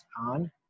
on